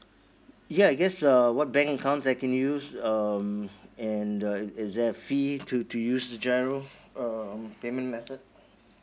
ya I guess uh what bank account I can use um and uh is there a fee to to use the GIRO um payment method